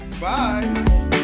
bye